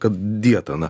kad dieta na